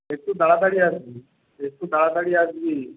একটু তাড়াতাড়ি আসবি একটু তাড়াতাড়ি আসবি